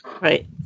Right